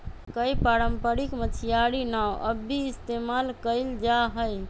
कई पारम्परिक मछियारी नाव अब भी इस्तेमाल कइल जाहई